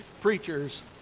preachers